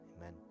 Amen